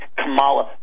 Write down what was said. kamala